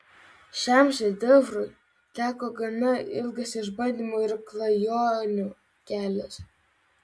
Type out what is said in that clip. šiam šedevrui teko gana ilgas išbandymų ir klajonių kelias